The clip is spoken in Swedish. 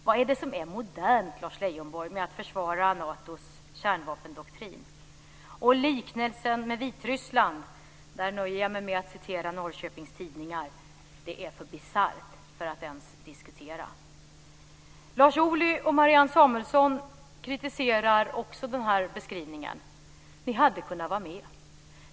Vad är det som är modernt, Lars Leijonborg, med att försvara Natos kärnvapendoktrin? Och beträffande liknelsen med Vitryssland nöjer jag mig med att säga som man gör i Norrköpings Tidningar: Det är för bisarrt för att ens diskutera. Lars Ohly och Marianne Samuelsson kritiserar också den här beskrivningen. Ni hade kunnat vara med.